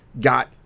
got